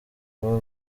kuba